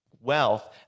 wealth